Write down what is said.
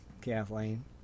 Kathleen